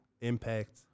Impact